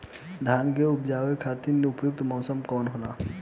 धान के उपज बढ़ावे खातिर उपयुक्त मौसम का होला?